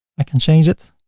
i can change it.